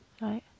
right